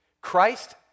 Christ